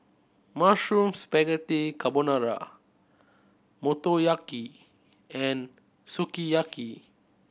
Mushroom Spaghetti Carbonara Motoyaki and Sukiyaki